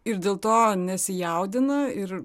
ir dėl to nesijaudina ir